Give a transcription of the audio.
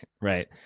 right